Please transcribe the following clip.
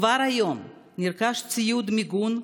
כבר היום נרכש ציוד מיגון,